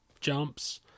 jumps